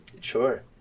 sure